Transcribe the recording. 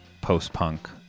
post-punk